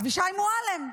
אבישי מועלם,